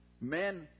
men